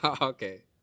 okay